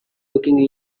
looking